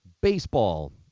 Baseball